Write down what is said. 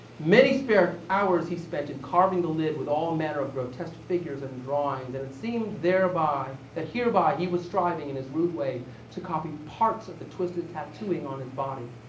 many spare hours he spent in carving the lid with all manner of grotesque figures and drawings, and it seemed thereby that hereby he was striving in his rude way to copy parts of the twisted tattooing on his body.